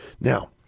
now